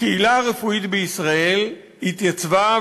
שלכן הקהילה הרפואית בישראל התייצבה,